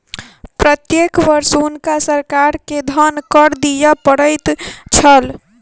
प्रत्येक वर्ष हुनका सरकार के धन कर दिअ पड़ैत छल